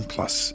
Plus